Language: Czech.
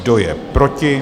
Kdo je proti?